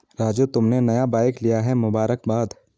राजू तुमने नया बाइक लिया है मुबारकबाद